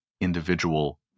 individual